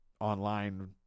Online